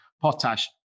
potash